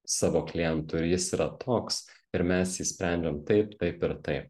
savo klientų ir jis yra toks ir mes jį sprendžiam taip taip ir tai